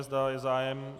Zda je zájem?